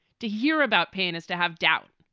to hear about pain is to have doubts.